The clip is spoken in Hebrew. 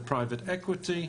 Private Equity.